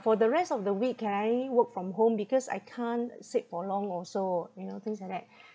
for the rest of the week can I work from home because I can't sit for long also you know things like that